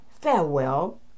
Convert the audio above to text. farewell